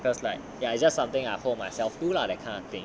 because like ya it's just something I hope myself do lah that kind of thing